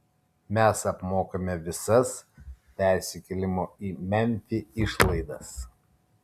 mes apmokame visas persikėlimo į memfį išlaidas